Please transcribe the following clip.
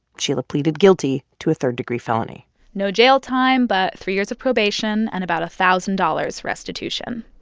sheila pleaded guilty to a third-degree felony no jail time, but three years of probation and about a thousand dollars restitution